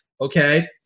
Okay